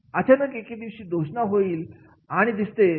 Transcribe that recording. अचानक एके दिवशी घोषणा होईल असे दिसते